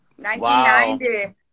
1990